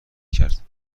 کرد